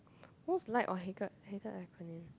most liked or hated hated acronym